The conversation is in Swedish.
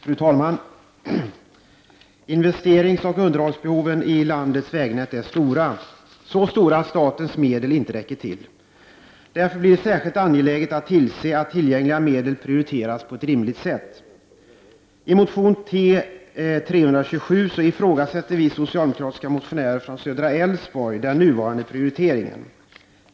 Fru talman! Investeringsoch underhållsbehoven i landets vägnät är stora, så stora att statens medel inte räcker till. Därför blir det särskilt angeläget att tillse att det görs rimliga prioriteringar med hjälp av tillgängliga medel. I motion T327 ifrågasätter vi socialdemokratiska motionärer från Södra Älvsborg den nuvarande prioriteringen.